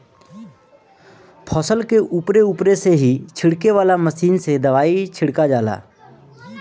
फसल के उपरे उपरे से ही छिड़के वाला मशीन से दवाई छिड़का जाला